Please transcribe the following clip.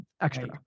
extra